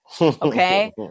Okay